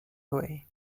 away